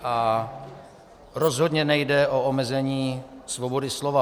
A rozhodně nejde o omezení svobody slova.